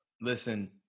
Listen